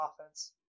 offense